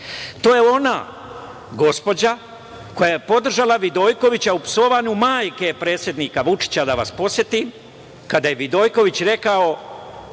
je ona gospođa koja je podržala Vidojkovića u psovanju majke predsednika Vučića, da vas podsetim, kada je Vidojković rekao,